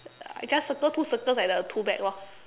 just circle two circles at the tool bag lor